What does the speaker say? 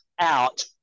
out